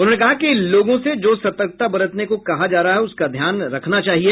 उन्होंने कहा कि लोगों से जो सतर्कता बरतने को कहा जा रहा है उसका ध्यान रखना चाहिए